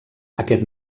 aquest